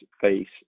face